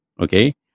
okay